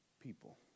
people